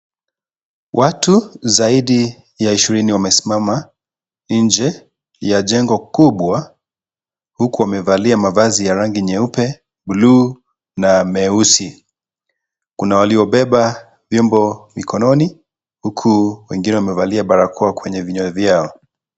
Watu zaidi ya ishirini wamesimama inje ya jengo kubwa huku wamevalia mavazi nyeupe bluu na meusi. Kuna walio beba vyombo mkononi huku wenegine wamevalia barakoa kwenye vinywa vyao.